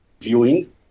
viewing